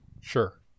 Sure